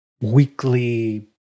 weekly